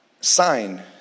sign